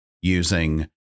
using